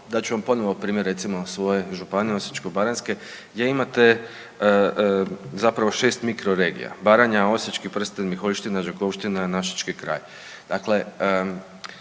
dat ću vam ponovo primjer recimo svoje županije Osječko-baranjske gdje imate zapravo šest mikroregija Baranja, Osječki prsten, Miholjština, Đakovština, našički kraj dakle